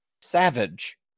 savage